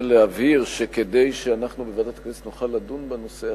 אני רק רוצה להבהיר שכדי שאנחנו בוועדת הכנסת נוכל לדון בנושא,